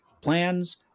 plans